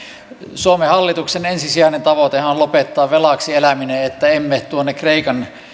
suomen hallituksen ensisijainen tavoitehan on lopettaa velaksi eläminen että emme tuonne kreikan